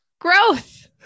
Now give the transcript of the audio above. growth